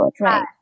right